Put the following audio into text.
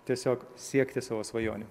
tiesiog siekti savo svajonių